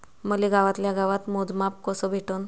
मले गावातल्या गावात मोजमाप कस भेटन?